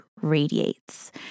radiates